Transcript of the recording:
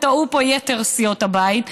וטעו פה יתר סיעות הבית,